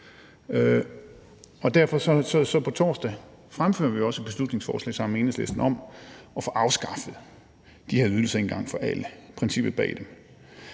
vi også på torsdag et beslutningsforslag sammen med Enhedslisten om at få afskaffet de her ordninger og princippet bag dem